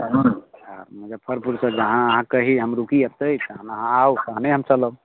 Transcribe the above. आओर मुजफ्फरपुरसँ जहाँ अहाँ कही हम रूकी एतय जहन अहाँ आउ तहने हम चलब